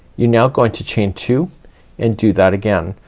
you're now going to chain two and do that again.